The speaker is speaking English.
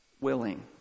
willing